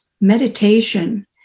meditation